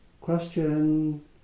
question